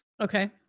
Okay